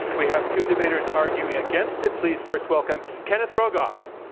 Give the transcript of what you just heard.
we have two debaters arguing against it. please first welcome, kenneth rogoff.